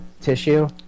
tissue